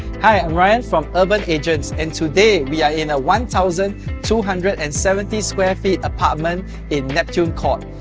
hi! i'm ryan from urbanagents, and today we are in a one thousand two hundred and seventy square feet apartment in neptune court.